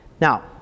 Now